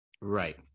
Right